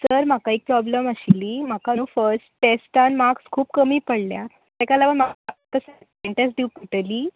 sir म्हाका एक problem आशिल्ली म्हाका नू फर्स्ट टॅस्टान मार्क्स खूब कमी पडल्या तेका लागून म्हाका पडटली